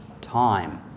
time